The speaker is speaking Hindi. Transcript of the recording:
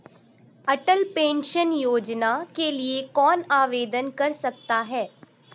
अटल पेंशन योजना के लिए कौन आवेदन कर सकता है?